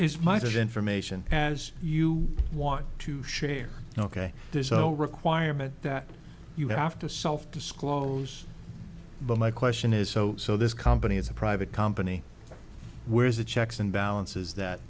there's information as you want to share ok there's no requirement that you have to self disclose but my question is so so this company is a private company where is the checks and balances that